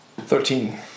Thirteen